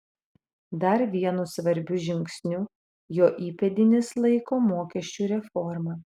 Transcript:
dar vienu svarbiu žingsniu jo įpėdinis laiko mokesčių reformą